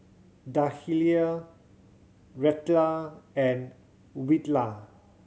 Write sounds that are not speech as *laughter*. Dahlia Reatha and *unintelligible*